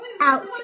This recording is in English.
out